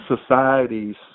societies